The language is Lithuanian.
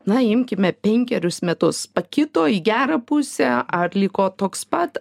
na imkime penkerius metus pakito į gerą pusę ar liko toks pat